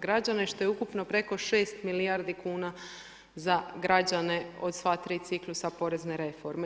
građane, što je ukupno preko 6 milijardi kn za građane od sva 3 ciklusa porezne reforme.